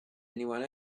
anyone